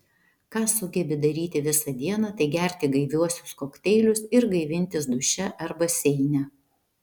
ką sugebi daryti visą dieną tai gerti gaiviuosius kokteilius ir gaivintis duše ar baseine